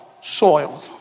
soil